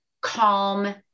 calm